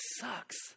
sucks